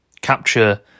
capture